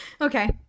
Okay